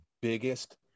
biggest